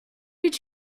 did